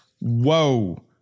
Whoa